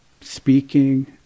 speaking